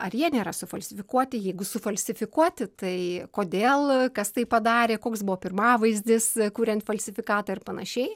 ar jie nėra sufalsifikuoti jeigu sufalsifikuoti tai kodėl kas tai padarė koks buvo pirmavaizdis kuriant falsifikatą ir panašiai